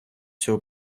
цього